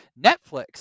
Netflix